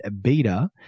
Beta